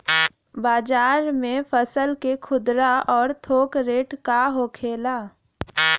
बाजार में फसल के खुदरा और थोक रेट का होखेला?